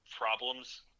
problems